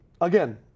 Again